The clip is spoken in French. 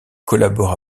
collabore